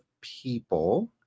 people